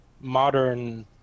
modern